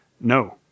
No